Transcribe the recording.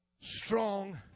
strong